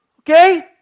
Okay